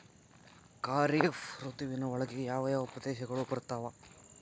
ಖಾರೇಫ್ ಋತುವಿನ ಒಳಗೆ ಯಾವ ಯಾವ ಪ್ರದೇಶಗಳು ಬರ್ತಾವ?